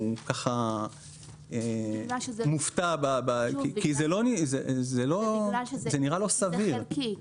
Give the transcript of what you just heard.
הוא מופתע כי זה נראה לא סביר.